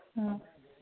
ꯎꯝ